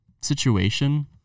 situation